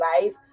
Life